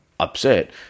upset